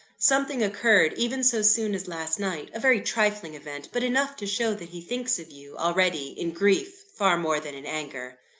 something occurred, even so soon as last night a very trifling event but enough to show that he thinks of you, already, in grief far more than in anger.